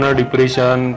depression